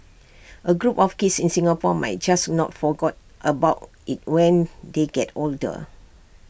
A group of kids in Singapore might just not forgot about IT when they get older